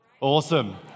Awesome